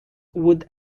would